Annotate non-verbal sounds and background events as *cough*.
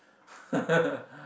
*laughs*